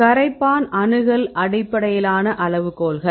கரைப்பான் அணுகல் அடிப்படையிலான அளவுகோல்கள்